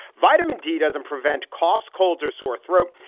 vitamin d doesn't prevent coughs, colds or sore throat.